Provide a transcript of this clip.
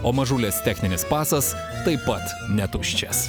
o mažulės techninis pasas taip pat ne tuščias